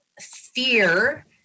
fear